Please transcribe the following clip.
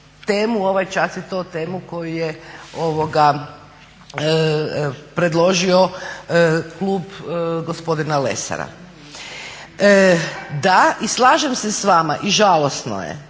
temu, a ovaj čas je to tema koju je predložio klub gospodina Lesara. Da, i slažem se s vama i žalosno je